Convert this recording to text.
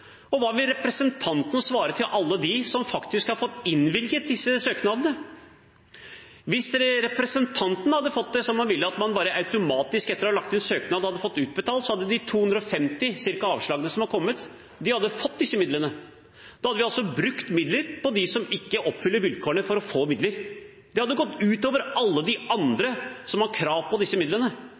fått innvilget disse søknadene? Hvis representanten hadde fått det som hun ville, at man automatisk, etter å ha lagt inn søknad, hadde fått utbetalt, hadde de ca. 250 avslagene som har kommet, fått disse midlene. Da hadde vi brukt midler på dem som ikke oppfyller vilkårene for å få midler. Det hadde gått ut over alle de andre som har krav på disse midlene,